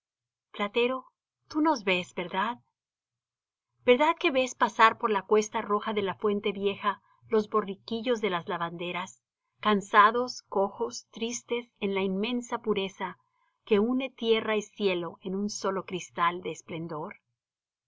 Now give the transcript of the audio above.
platero tú nos ves verdad verdad que ves pasar por la cuesta roja de la fuente vieja los borriquillos de las lavanderas cansados cojos tristes en la inmensa pureza que une tierra y cielo en un solo cristal de esplendor